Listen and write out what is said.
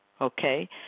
okay